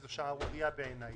זו שערורייה בעיניי.